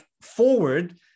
forward